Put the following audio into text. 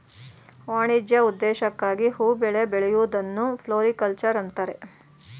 ವಾಣಿಜ್ಯ ಉದ್ದೇಶಕ್ಕಾಗಿ ಹೂ ಬೆಳೆ ಬೆಳೆಯೂದನ್ನು ಫ್ಲೋರಿಕಲ್ಚರ್ ಅಂತರೆ